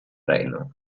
reno